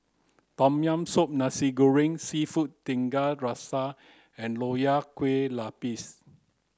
tom yam soup nasi goreng seafood tiga rasa and nonya kueh lapis